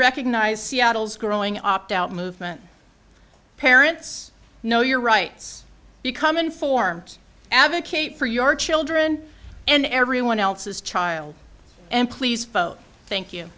recognize seattle's growing opt out movement parents know your rights become informed advocate for your children and everyone else's child and please vote thank you